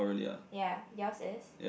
ya yours is